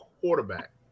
quarterback